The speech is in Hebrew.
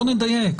בואו נדייק.